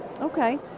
Okay